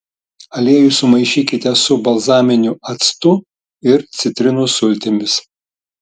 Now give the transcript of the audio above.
aliejų sumaišykite su balzaminiu actu ir citrinos sultimis